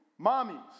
Mommies